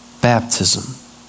Baptism